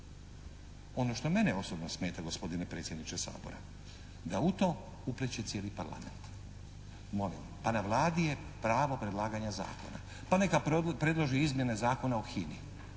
Ono što mene osobno smeta gospodine predsjedniče Sabora da u to upleće cijeli Parlament. Molim, pa na Vladi je pravo predlaganja zakona, pa neka predloži izmjene Zakona o HINA-i